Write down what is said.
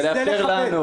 זה לכבד?